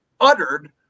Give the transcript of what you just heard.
uttered